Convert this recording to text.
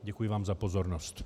Děkuji vám za pozornost.